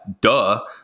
duh